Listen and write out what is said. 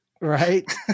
Right